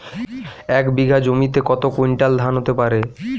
এক বিঘা জমিতে কত কুইন্টাল ধান হতে পারে?